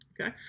Okay